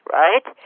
right